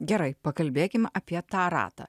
gerai pakalbėkim apie tą ratą